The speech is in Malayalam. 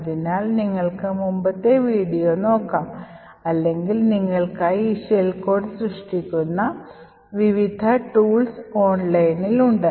അതിനാൽ നിങ്ങൾക്ക് മുമ്പത്തെ വീഡിയോ നോക്കാം അല്ലെങ്കിൽ നിങ്ങൾക്കായി ഈ ഷെൽ കോഡ് സൃഷ്ടിക്കുന്ന വിവിധ ഉപകരണങ്ങൾ ഓൺലൈനിൽ ഉണ്ട്